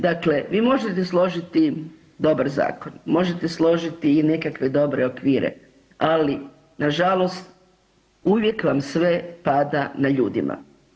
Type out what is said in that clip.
Dakle, vi možete složiti dobar zakon, možete složiti i nekakve dobre okvire, ali nažalost uvijek vam sve pada na ljudima.